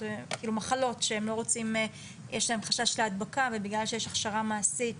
יש להם חשש להדבקה ובגלל שיש הכשרה מעשית,